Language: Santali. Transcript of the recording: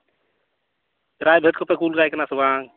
ᱯᱨᱟᱭᱵᱷᱮᱴ ᱠᱚᱯᱮ ᱠᱩᱞ ᱠᱟᱭ ᱠᱟᱱᱟ ᱥᱮ ᱵᱟᱝ